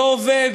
לא עובד,